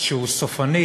שהוא סופני,